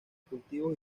cultivo